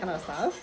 that kind of stuff